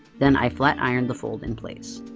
then i flat ironed the fold in place.